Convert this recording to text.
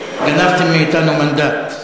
גנבתם מאתנו מנדט.